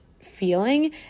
feeling